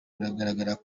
uragaragara